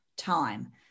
Time